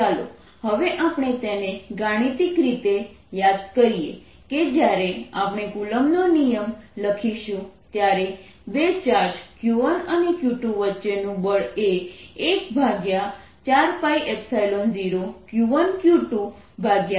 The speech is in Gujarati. ચાલો હવે આપણે તેને ગાણિતિક રીતે યાદ કરીએ કે જ્યારે આપણે કુલંબનો નિયમ Coulomb's law લખીશું ત્યારે બે ચાર્જ Q1 અને Q2 વચ્ચેનું બળ એ 14π0Q1Q2r3છે